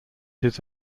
his